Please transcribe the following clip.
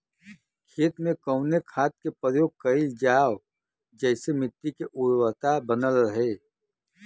खेत में कवने खाद्य के प्रयोग कइल जाव जेसे मिट्टी के उर्वरता बनल रहे?